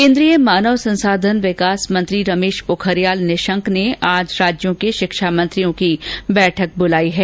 केन्द्रीय मानव संसाधन विकास मंत्री रमेश पोखरियाल निशंक ने आज राज्यों के शिक्षा मंत्रियों की बैठक बुलायी है